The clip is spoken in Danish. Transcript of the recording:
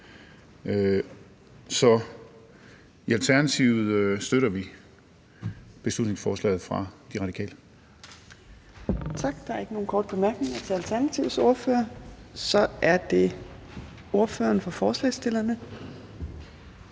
Så i Alternativet støtter vi beslutningsforslaget fra De Radikale.